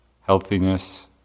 healthiness